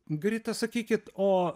grita sakykit o